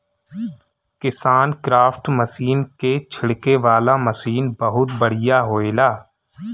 KisanKraft machine के छिड़के वाला मशीन बहुत बढ़िया होएला